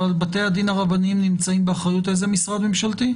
אבל בתי הדין הרבניים נמצאים באחריות איזה משרד ממשלתי?